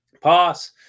pass